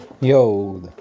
Yo